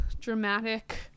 dramatic